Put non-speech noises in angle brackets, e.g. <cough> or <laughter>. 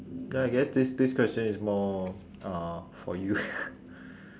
then I guess this this question is more uh for you <noise>